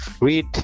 read